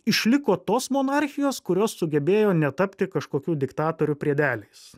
išliko tos monarchijos kurios sugebėjo netapti kažkokių diktatorių priedeliais